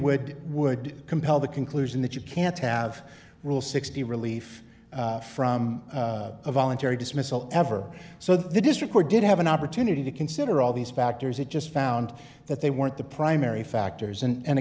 would would compel the conclusion that you can't have rule sixty relief from a voluntary dismissal ever so the district or did have an opportunity to consider all these factors it just found that they weren't the primary factors and a